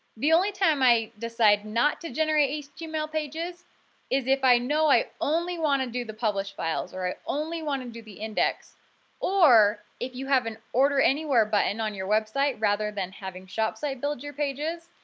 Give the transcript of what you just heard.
the only time i decide not to generate html pages is if i know i only want to do the publish files or i only want to do the index or if you have an orderanywhere button on your website rather than having shopsite build your pages,